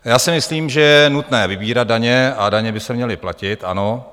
Já si myslím, že je nutné vybírat daně a daně by se měly platit, ano.